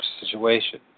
situation